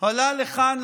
עלה לכאן,